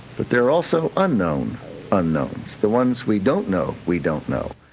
but there are also unknown unknowns, the ones we don't know we don't know.